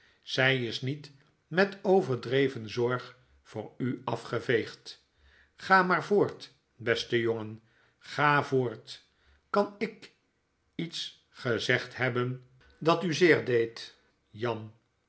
zy is niet met overdreven zorg voor u aigeveegd ga maar voort beste jongen ga voort kan ik iets gezegd hebben dat u zeer deed jan